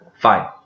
Fine